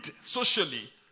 socially